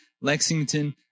Lexington